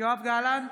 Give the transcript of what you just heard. יואב גלנט,